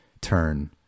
turn